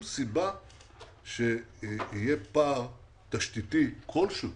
שיהיה פער תשתיתי כלשהו